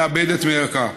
מאבדת מערכה.